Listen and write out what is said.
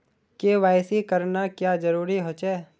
KYC करना क्याँ जरुरी होचे?